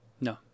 No